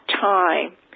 time